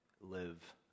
live